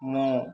ମୁଁ